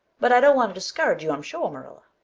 but i don't want to discourage you i'm sure, marilla.